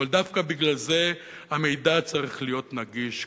אבל דווקא בגלל זה המידע צריך להיות נגיש,